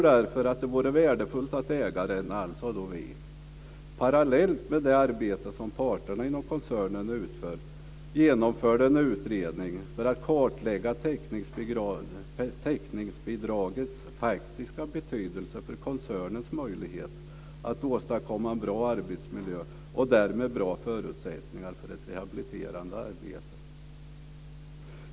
Därför vore det värdefullt om ägaren, alltså vi, parallellt med det arbete som parterna inom koncernen utför, genomförde en utredning för att kartlägga täckningsbidragets faktiska betydelse för koncernens möjlighet att åstadkomma en bra arbetsmiljö och därmed bra förutsättningar för ett rehabiliterande arbete.